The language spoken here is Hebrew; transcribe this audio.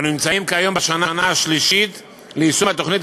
אנו נמצאים כיום בשנה השלישית ליישום התוכנית,